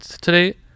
today